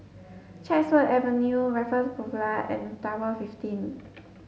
Chatsworth Avenue Raffles Boulevard and Tower fifteen